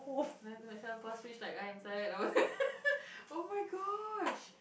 oh-my-gosh